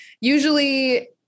usually